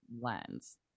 lens